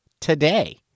today